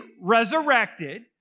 resurrected